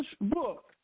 book